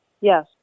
Yes